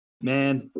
Man